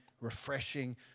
refreshing